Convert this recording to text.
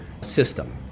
system